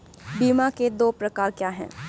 बीमा के दो प्रकार क्या हैं?